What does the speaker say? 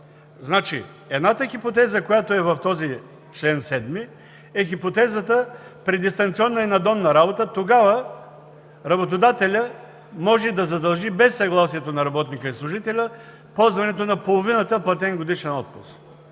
уточним: едната хипотеза, която е в този чл. 7, е хипотезата при дистанционна и надомна работа, тогава работодателят може да задължи без съгласието на работника и служителя ползването на половината платен годишен отпуск.